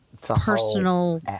personal